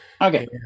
Okay